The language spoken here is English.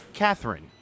Catherine